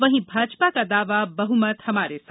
वहीं भाजपा का दावा बहुमत हमारे साथ